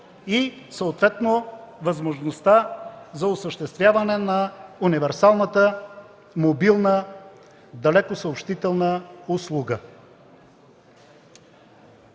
и възможността за осъществяване на универсалната мобилна далекосъобщителна услуга.